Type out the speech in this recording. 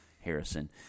Harrison